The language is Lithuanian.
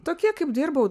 tokie kaip dirbau